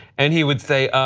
and he would say,